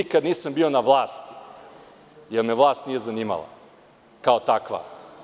Nikada nisam bio na vlasti, jer me vlast nije zanimala kao takva.